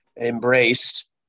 embraced